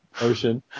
ocean